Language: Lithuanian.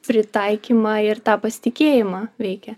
pritaikymą ir tą pasitikėjimą veikia